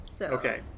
Okay